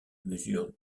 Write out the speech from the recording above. mesure